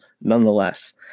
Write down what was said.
nonetheless